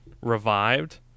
revived